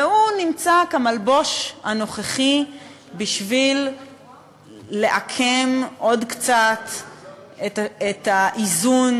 והוא נמצא כמלבוש הנוכחי בשביל לעקם עוד קצת את האיזון